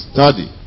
Study